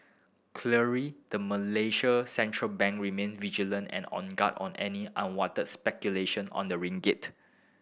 clearly the Malaysian central bank remain vigilant and on guard on any unwanted speculation on the ringgit